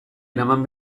eraman